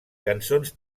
cançons